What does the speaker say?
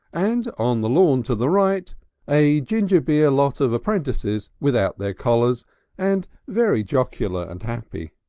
and on the lawn to the right a ginger beer lot of prentices without their collars and very jocular and happy.